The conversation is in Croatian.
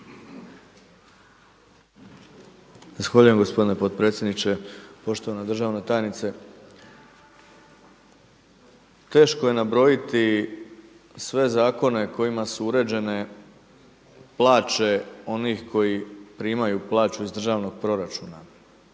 Zahvaljujem gospodine potpredsjedniče, poštovana državna tajnice. Teško je nabrojati sve zakone kojima su uređene plaće onih koji primaju plaću iz državnog proračuna.